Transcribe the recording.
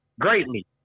greatly